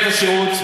מייעל את השירות,